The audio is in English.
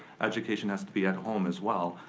education has to be at home as well.